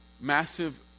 massive